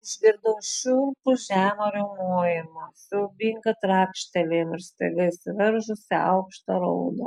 išgirdau šiurpų žemą riaumojimą siaubingą trakštelėjimą ir staiga išsiveržusią aukštą raudą